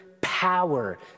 power